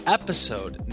episode